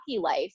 life